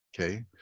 Okay